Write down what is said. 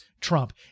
Trump